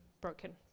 broken